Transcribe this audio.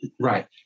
right